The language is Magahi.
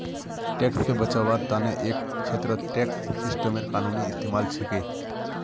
टैक्स से बचवार तने एक छेत्रत टैक्स सिस्टमेर कानूनी इस्तेमाल छिके